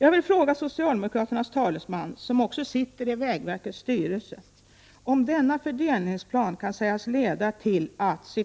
Jag vill fråga socialdemokraternas talesman, som också sitter i vägverkets styrelse, om denna fördelningsplan kan sägas leda till att